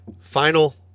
Final